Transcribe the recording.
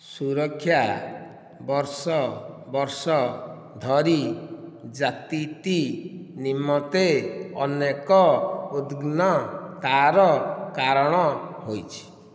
ସୁରକ୍ଷା ବର୍ଷ ବର୍ଷ ଧରି ଜାତିଟି ନିମନ୍ତେ ଅନେକ ଉଦ୍ୱିଗ୍ନତାର କାରଣ ହୋଇଛି